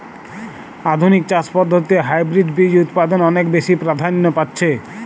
আধুনিক চাষ পদ্ধতিতে হাইব্রিড বীজ উৎপাদন অনেক বেশী প্রাধান্য পাচ্ছে